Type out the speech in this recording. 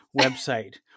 website